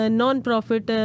non-profit